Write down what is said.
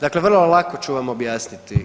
Dakle, vrlo lako ću vam objasniti.